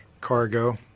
cargo